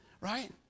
right